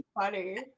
funny